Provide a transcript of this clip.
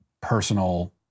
personal